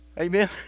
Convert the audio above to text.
Amen